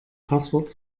passwort